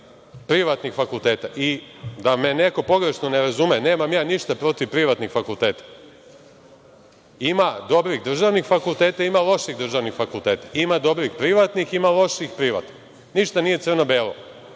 privatnih fakulteta i da me neko pogrešno ne razume, nemam ja ništa protiv privatnih fakulteta, ima dobrih državnih fakulteta, ima loših državnih fakulteta, ima dobrih privatnih fakulteta, ima loših privatnih, ništa nije crno-belo.